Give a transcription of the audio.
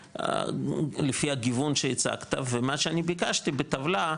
לפי הגיוון שהצגת ומה שאני ביקשתי בטבלה,